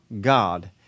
God